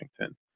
Washington